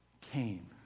came